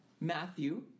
Matthew